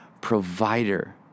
provider